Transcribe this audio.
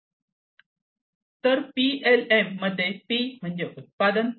तर P L M मध्ये हे पी म्हणजे उत्पादन